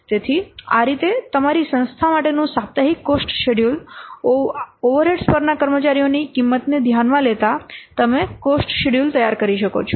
તેથી આ રીતે તમારી સંસ્થા માટેનું સાપ્તાહિક કોસ્ટ શેડ્યૂલ ઓવરહેડ્સ પરના કર્મચારીઓની કિંમતને ધ્યાનમાં લેતા તમે કોસ્ટ શેડ્યૂલ તૈયાર કરી શકો છો